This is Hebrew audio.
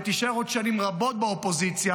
ותישאר עוד שנים רבות באופוזיציה,